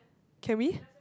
can we